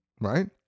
right